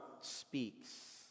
speaks